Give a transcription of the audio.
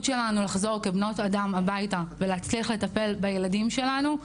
שלנו לחזור כבני אדם הביתה ולטפל בילדים שלנו,